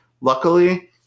luckily